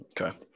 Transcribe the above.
okay